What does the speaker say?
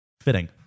Fitting